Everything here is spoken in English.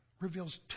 reveals